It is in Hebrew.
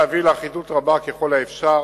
להביא לאחידות רבה ככל האפשר